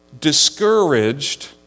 discouraged